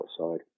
outside